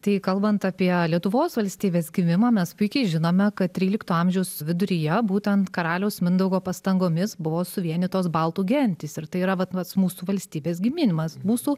tai kalbant apie lietuvos valstybės gimimą mes puikiai žinome kad trylikto amžiaus viduryje būtent karaliaus mindaugo pastangomis buvo suvienytos baltų gentys ir tai yra vat tas mūsų valstybės gimimas mūsų